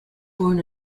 born